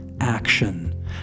Action